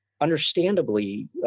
understandably